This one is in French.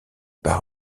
par